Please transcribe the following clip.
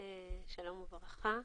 שלום וברכה.